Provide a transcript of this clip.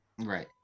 Right